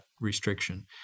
restriction